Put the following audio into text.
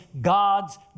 God's